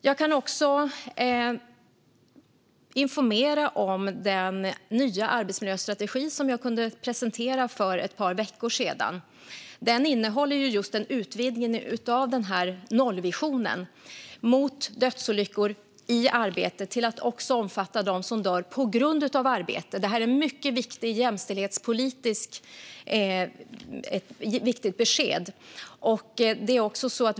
Låt mig också informera om den nya arbetsmiljöstrategi som jag presenterade för ett par veckor sedan. Den innehåller just en utvidgning av nollvisionen så att den också omfattar dem som dör på grund av arbete. Det är ett mycket viktigt jämställdhetspolitiskt besked.